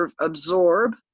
absorb